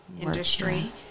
industry